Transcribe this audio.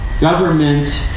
government